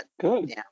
good